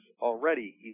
already